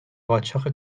قاچاق